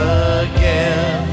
again